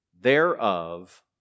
thereof